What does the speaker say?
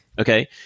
okay